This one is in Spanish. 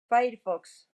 firefox